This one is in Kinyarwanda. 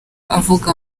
avuga